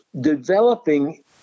developing